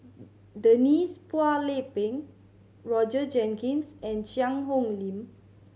Denise Phua Lay Peng Roger Jenkins and Cheang Hong Lim